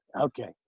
Okay